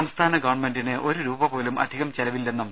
സംസ്ഥാന ഗവൺനമെന്റിന് ഒരു രൂപ പോലും അധികം ചെലവില്ലെന്നും